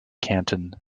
canton